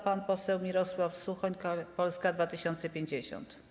Pan poseł Mirosław Suchoń, Polska 2050.